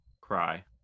Cry